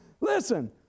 Listen